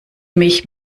mich